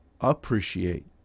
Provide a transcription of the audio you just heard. appreciate